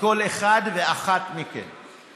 מכל אחד ואחת מכם.